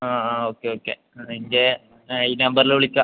ആ ആ okay okay ആ ഇൻ്റെ ഈ നമ്പറില് വിളിക്കാം